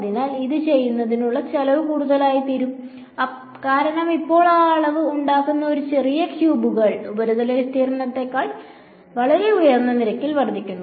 അതിനാൽ ഇത് ചെയ്യുന്നതിനുള്ള ചെലവ് കൂടുതൽ കൂടുതൽ ആയിത്തീരും കാരണം ഇപ്പോൾ ആ അളവ് ഉണ്ടാക്കുന്ന ഒരു ചെറിയ ക്യൂബുകൾ ഉപരിതല വിസ്തീർണ്ണത്തേക്കാൾ വളരെ ഉയർന്ന നിരക്കിൽ വർദ്ധിക്കുന്നു